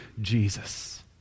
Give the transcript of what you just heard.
Jesus